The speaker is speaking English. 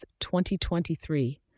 2023